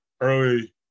early